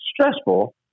stressful